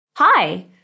Hi